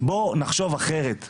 בואו נחשוב אחרת,